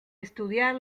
estudiar